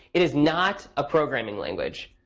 it is not a programming language.